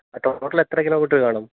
total എത്ര kilometre കാണും